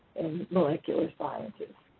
molecular scientists.